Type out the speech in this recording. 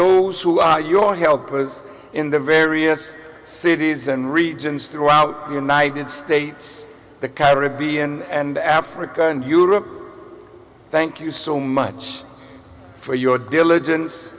those who are your helpers in the various cities and regions throughout the united states the caribbean and africa and europe thank you so much for your diligence